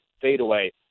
fadeaway